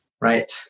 right